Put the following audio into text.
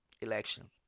election